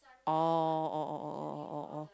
oh oh oh oh oh oh